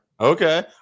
Okay